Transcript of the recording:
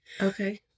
Okay